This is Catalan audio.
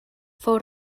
fou